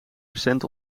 recent